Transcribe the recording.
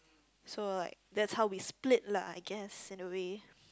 so like that's how we split lah I guess in a way